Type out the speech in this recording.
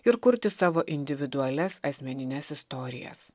ir kurti savo individualias asmenines istorijas